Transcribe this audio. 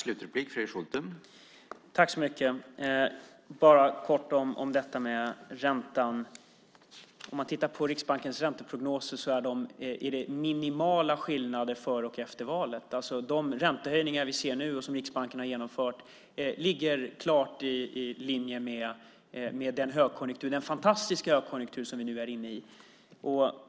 Herr talman! Jag vill göra en kort kommentar om räntan. Om man tittar på Riksbankens ränteprognoser ser man att det är minimala skillnader före och efter valet. De räntehöjningar som vi ser nu och som Riksbanken har genomfört ligger klart i linje med den fantastiska högkonjunktur som vi nu är inne i.